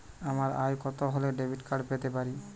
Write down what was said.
আমার আয় কত হলে ডেবিট কার্ড পেতে পারি?